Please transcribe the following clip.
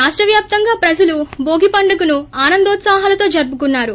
రాష్టవ్యాప్తంగా ప్రజలు భోగి పండుగను ఆనందోత్సాహాలతో జరుపుకున్నారు